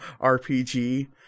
R-P-G